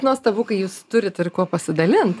nuostabu kai jūs turit kuo pasidalint